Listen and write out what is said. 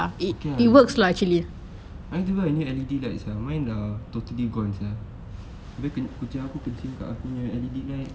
okay ah I need to buy a new L_E_D lights ah mine dah totally broken sia habis kucing aku dah kencing kat aku punya L_E_D light